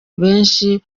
benshi